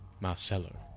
Marcelo